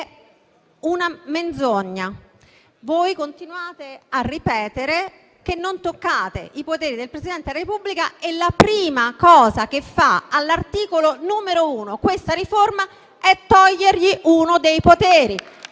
una menzogna. Voi continuate a ripetere che non toccate i poteri del Presidente della Repubblica e la prima cosa che questa riforma fa, all'articolo 1, è togliergli uno dei poteri,